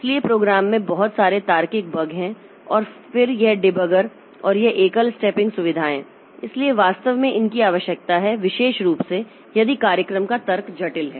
इसलिए प्रोग्राम में बहुत सारे तार्किक बग हैं फिर यह डिबगर और यह एकल स्टेपिंग सुविधाएं इसलिए वास्तव में इनकी आवश्यकता है विशेष रूप से यदि कार्यक्रम का तर्क जटिल है